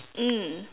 mm